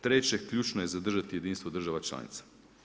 Treće, „Ključno je zadržati jedinstvo država članica“